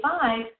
five